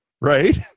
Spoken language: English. Right